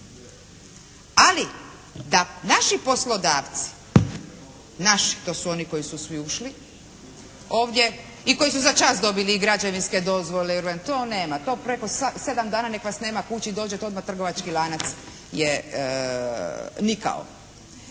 Ali da naši poslodavci, naši, to su oni koji su svi ušli ovdje i koji su začas dobili i građevinske dozvole, to nema. To preko 7 dana nek vas nema kući dođete odmah trgovački lanac je nikao.